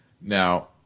Now